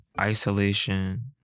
isolation